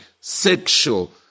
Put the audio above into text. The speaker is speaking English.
sexual